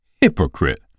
Hypocrite